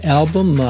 album